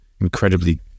incredibly